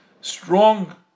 strong